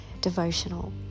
devotional